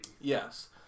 Yes